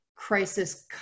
crisis